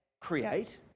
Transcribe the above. create